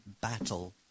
battle